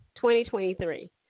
2023